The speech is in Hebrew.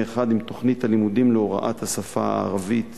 אחד עם תוכנית הלימודים להוראת השפה הערבית